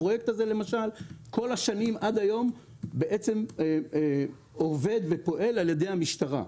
הפרויקט הזה כל השנים עד היום עובד ופועל על ידי המשטרה.